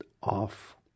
off